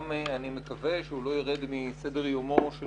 אני מקווה שהוא גם לא ירד מעל שולחנו של